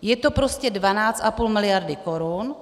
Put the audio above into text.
Je to prostě 12,5 miliardy korun.